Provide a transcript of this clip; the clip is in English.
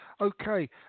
Okay